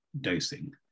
dosing